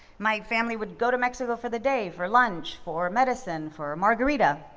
my family would go to mexico for the day, for lunch, for medicine, for margarita.